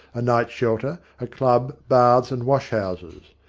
a night-shelter, a club, baths and washhouses.